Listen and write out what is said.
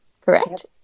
Correct